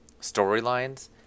storylines